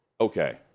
Okay